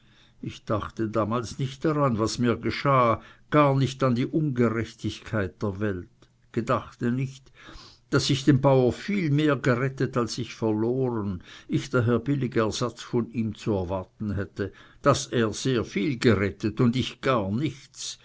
ich dachte damals nicht daran was mir geschah gar nicht an die ungerechtigkeit der welt gedachte nicht daß ich dem bauer viel mehr gerettet als ich verloren ich daher billig ersatz von ihm zu erwarten hätte daß er sehr viel gerettet und ich gar nichts